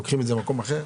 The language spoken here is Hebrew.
לוקחים ממקום אחר?